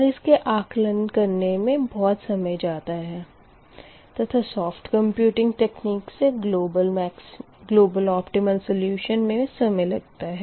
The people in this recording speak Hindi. और इसके आकलन करने में बहुत समय जाता है तथा सॉफ़्ट कंप्यूटिंग तकनीक से ग्लोबल ओपटिमल सोल्यूशन मे समय लगता है